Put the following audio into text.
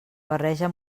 barreja